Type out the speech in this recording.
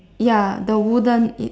ya the wooden it